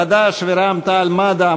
חד"ש ורע"ם-תע"ל-מד"ע,